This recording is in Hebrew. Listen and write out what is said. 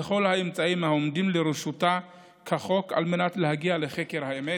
כל האמצעים העומדים לרשותה כחוק על מנת להגיע לחקר האמת.